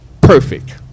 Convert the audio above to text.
perfect